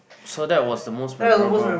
so that was the most memorable